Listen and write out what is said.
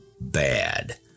bad